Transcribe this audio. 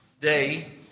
day